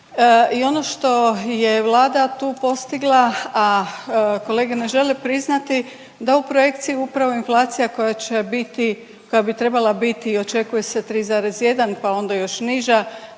i ono što je Vlada tu postigla, a kolege ne žele priznati, da ovu projekciju upravo inflacija koja će biti, koja bi trebala biti očekuje se 3,1 pa onda još niža